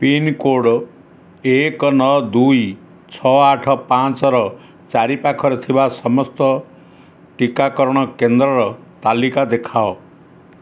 pincode ଏକ ନଅ ଦୁଇ ଛଅ ଆଠ ପାଞ୍ଚର ଚାରିପାଖରେ ଥିବା ସମସ୍ତ ଟିକାକରଣ କେନ୍ଦ୍ରର ତାଲିକା ଦେଖାଅ